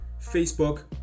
Facebook